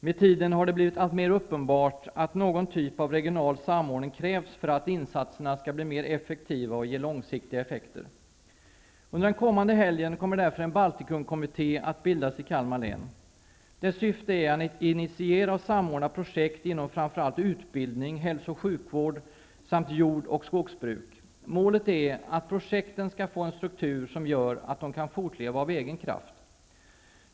Med tiden har det blivit alltmer uppenbart att någon typ av regional samordning krävs för att insatserna skall bli mer effektiva och ge långsiktiga effekter. Under den kommande helgen kommer därför en Baltikumkommitté att bildas i Kalmar län. Dess syfte är att initiera och samordna projekt inom framför allt utbildning, hälso och sjukvård samt jord och skogsbruk. Målet är att projekten skall få en struktur som gör att de kan fortleva av egen kraft.